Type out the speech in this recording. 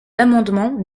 l’amendement